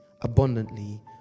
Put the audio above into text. abundantly